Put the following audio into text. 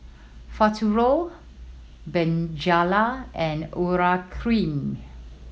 Futuro Bonjela and Urea Cream